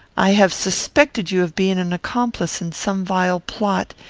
i have suspected you of being an accomplice in some vile plot,